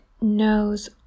knows